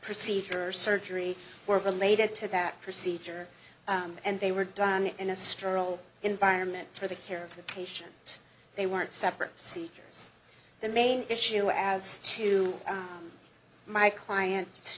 procedure surgery were related to that procedure and they were done in a struggle environment for the care of the patient they weren't separate seekers the main issue as to my client